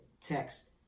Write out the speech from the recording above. text